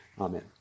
Amen